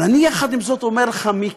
אבל יחד עם זאת אני אומר לך, מיקי,